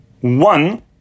one